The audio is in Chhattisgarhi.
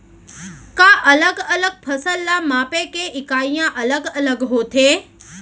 का अलग अलग फसल ला मापे के इकाइयां अलग अलग होथे?